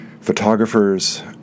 photographers